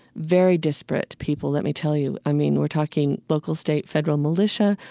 very disparate people, let me tell you, i mean, we're talking local, state, federal, militia.